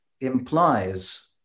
implies